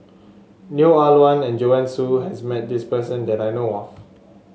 Neo Ah Luan and Joanne Soo has met this person that I know of